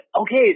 Okay